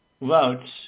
votes